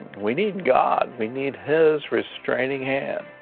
we need god. we need his restraining hand.